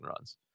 runs